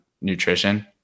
nutrition